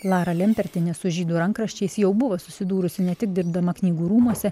lara lempertienė su žydų rankraščiais jau buvo susidūrusi ne tik dirbdama knygų rūmuose